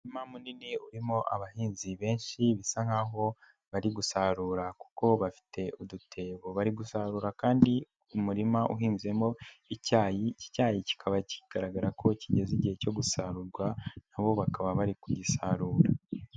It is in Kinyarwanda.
IUmuma munini urimo abahinzi benshi bisa nkaho bari gusarura kuko bafite udutebo, bari gusarura kandi umurima uhinzemo icyayi, iki cyayi kikaba kigaragara ko kigeze igihe cyo gusarurwa na bo bakaba bari kugisarura.